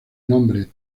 nombre